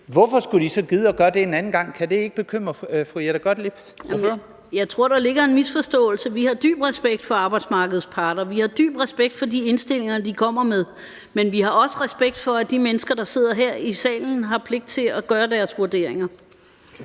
Dam Kristensen): Ordføreren. Kl. 10:35 Jette Gottlieb (EL): Jeg tror, der ligger en misforståelse. Vi har dyb respekt for arbejdsmarkedets parter. Vi har dyb respekt for de indstillinger, de kommer med. Men vi har også respekt for, at de mennesker, der sidder her i salen, har pligt til at gøre deres vurderinger.